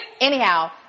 Anyhow